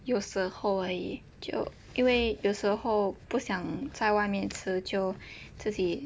有时候而已就因为有时候不想在外面吃就自己